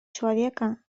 человека